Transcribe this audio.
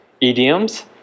idioms